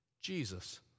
Jesus